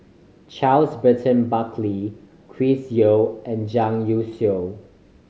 Charles Burton Buckley Chris Yeo and Zhang Youshuo